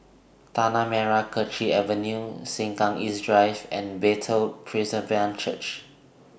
Tanah Merah Kechil Avenue Sengkang East Drive and Bethel Presbyterian Church